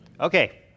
Okay